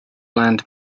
land